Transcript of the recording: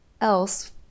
else